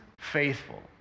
faithful